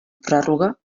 pròrroga